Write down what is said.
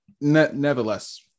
nevertheless